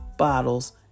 bottles